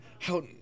How-